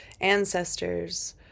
ancestors